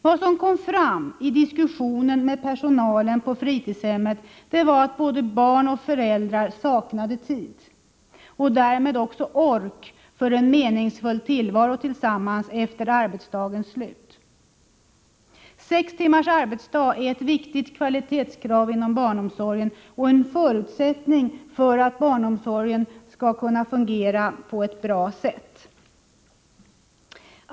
Vad som kom fram i diskussionen med personalen på fritidshemmet var att både barn och föräldrar saknade tid, och därmed även ork för en meningsfull tillvaro tillsammans efter arbetsdagens slut. Sextimmarsarbetsdag är ett viktigt kvalitetskrav i fråga om barnomsorgen och en förutsättning för att barnomsorgen skall kunna fungera på ett bra sätt.